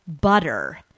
butter